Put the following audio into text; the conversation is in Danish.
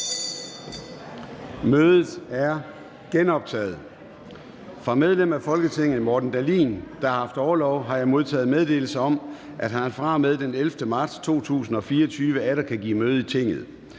Mødet er genoptaget. Fra medlem af Folketinget Morten Dahlin (V), der har haft orlov, har jeg modtaget meddelelse om, at han fra og med den 11. marts 2024 atter kan give møde i Tinget.